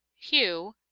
hugh,